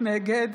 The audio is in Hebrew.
נגד